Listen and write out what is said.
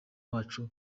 wacu